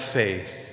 faith